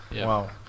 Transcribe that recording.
Wow